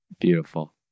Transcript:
Beautiful